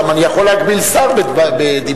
גם אני יכול להגביל שר בדיבורו,